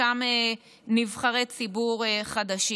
לאותם נבחרי ציבור חדשים.